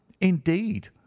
indeed